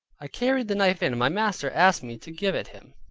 i carried the knife in, and my master asked me to give it him,